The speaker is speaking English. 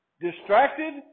distracted